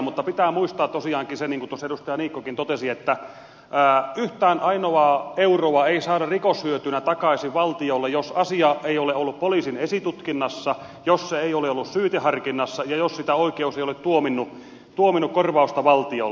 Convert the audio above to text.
mutta pitää muistaa tosiaankin se niin kuin tuossa edustaja niikkokin totesi että yhtään ainoaa euroa ei saada rikoshyötynä takaisin valtiolle jos asia ei ole ollut poliisin esitutkinnassa jos se ei ole ollut syyteharkinnassa ja jos oikeus ei ole tuominnut korvausta valtiolle